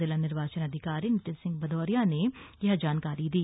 जिला निर्वाचन अधिकारी नितिन सिंह भदौरिया ने यह जानकारी दी